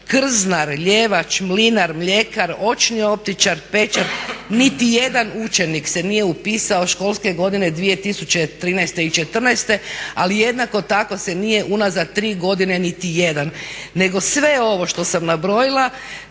krznar, ljevač, mlinar, mljekar, očni optičar, pećar, niti jedan učenik se nije upisao školske godine 2013. i 2014., ali jednako tako se nije unazad tri godine niti jedan nego sve ovo što sam nabrojila